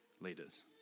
leaders